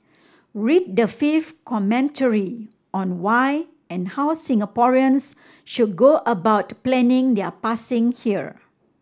read the fifth commentary on why and how Singaporeans should go about planning their passing here